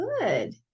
good